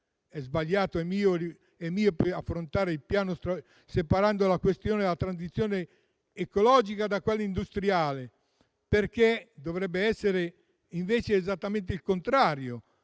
È sbagliato e miope affrontare il Piano separando la questione della transizione ecologica da quella industriale, perché dovrebbe essere esattamente il contrario: